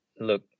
Look